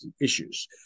issues